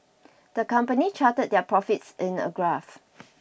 the company charted their profits in a graph